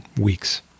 weeks